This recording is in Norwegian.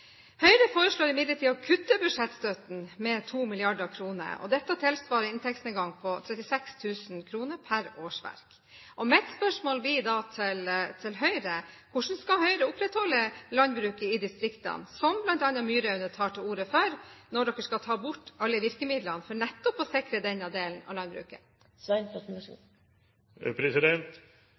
Høyre foreslår imidlertid å kutte budsjettstøtten med 2 mrd. kr, og dette tilsvarer en inntektsnedgang på 36 000 kr per årsverk. Mitt spørsmål blir da til Høyre: Hvordan skal Høyre opprettholde landbruket i distriktene, som bl.a. Myraune tar til orde for, når dere skal ta bort alle virkemidlene for nettopp å sikre denne delen av landbruket?